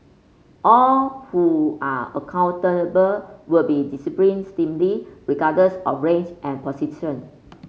all who are accountable will be disciplined steam Lee regardless of range and